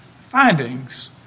findings